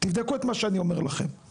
תבדקו את מה שאני אומר לכם.